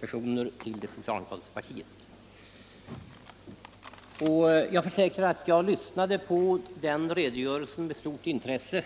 människor till det socialdemokratiska partiet. Jag är intresserad av historia, och jag försäkrar att jag lyssnade på den redogörelsen med stort intresse.